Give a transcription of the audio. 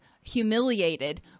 humiliated